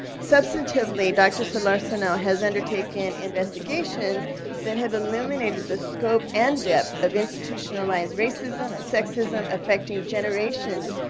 substantively, dr. so schartsenall has undertaken investigations that have eliminated the scope and depth of institutionalized racism and sexism affecting generations.